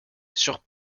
sur